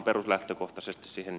herra puhemies